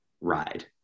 ride